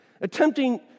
attempting